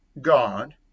God